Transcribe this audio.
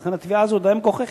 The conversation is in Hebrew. ולכן התביעה הזאת די מגוחכת.